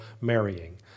marrying